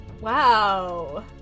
Wow